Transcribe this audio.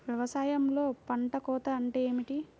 వ్యవసాయంలో పంట కోత అంటే ఏమిటి?